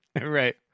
Right